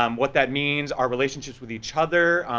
um what that means, our relationships with each other,